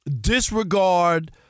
disregard